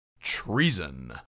treason